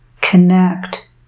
connect